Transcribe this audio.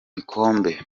gikombe